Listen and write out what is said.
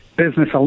business